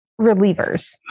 relievers